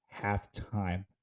halftime